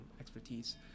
expertise